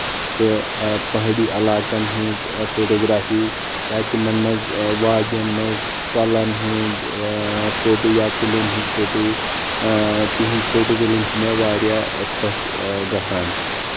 تہٕ پہٲڑی علاقن ہِنٛز فوٹوگرافی یا تِمن منٛز وادین منٛز کۄلَن ہنٛدۍ فوٹو یا کُلیٚن ہِنٛد فوٹو تِہنٛد فوٹو تُلٕنۍ چھِ مےٚ واریاہ خۄش گژھان